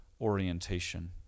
orientation